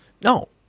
No